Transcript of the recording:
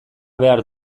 behar